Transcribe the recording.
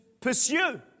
pursue